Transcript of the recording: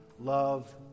love